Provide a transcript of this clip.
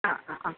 ആ ആ ആ